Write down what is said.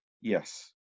Yes